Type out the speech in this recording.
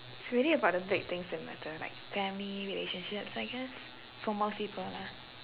it's really about the things that matter like family and relationships I guess for most people lah